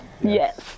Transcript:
Yes